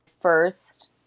first